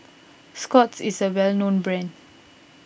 Scott's is a well known brand